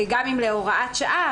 גם אם הוראת שעה,